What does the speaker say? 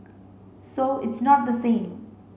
so it's not the same